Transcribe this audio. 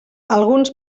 alguns